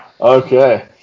Okay